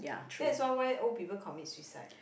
that's why why old people commit suicide